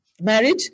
marriage